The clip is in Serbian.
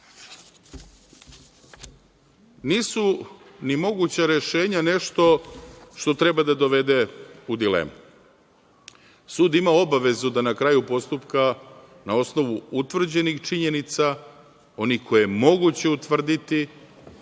ni moguća rešenja nešto što treba da dovede u dilemu. Sud ima obavezu da na kraju postupka na osnovu utvrđenih činjenica onih koje moguće utvrditi,